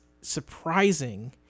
surprising